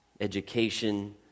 education